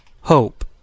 hope